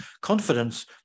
confidence